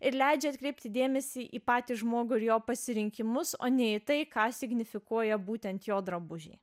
ir leidžia atkreipti dėmesį į patį žmogų ir jo pasirinkimus o ne į tai ką signifikuoja būtent jo drabužiai